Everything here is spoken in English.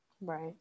Right